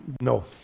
no